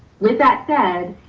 with that said,